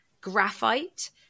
graphite